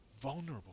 vulnerable